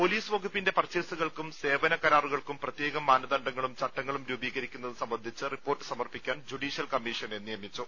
police വകുപ്പിന്റെ പർച്ചേസുകൾക്കും സേവന കരാറുകൾക്കും പ്രത്യേകം മാനദണ്ഡങ്ങളും ചട്ടങ്ങളും രൂപീകരിക്കുന്നത് സംബന്ധിച്ച് റിപ്പോർട്ട് സമർപ്പിക്കാൻ ജുഡീഷ്യൽ കമ്മീഷനെ നിയമിച്ചു